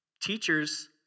Teachers